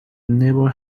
never